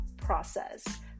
process